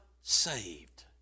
saved